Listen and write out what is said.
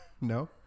No